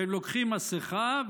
והם לוקחים מסכה,